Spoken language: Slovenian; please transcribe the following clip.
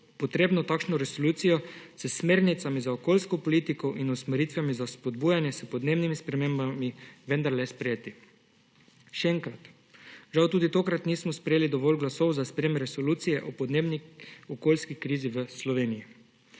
treba takšno resolucijo s smernicami za okoljsko politiko in usmeritvami v spopadanju s podnebnimi spremembami vendarle sprejeti. Še enkrat, žal tudi tokrat nismo sprejeli dovolj glasov za sprejetje resolucije o podnebni in okoljski krizi v Sloveniji;